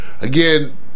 again